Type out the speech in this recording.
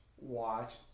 Watch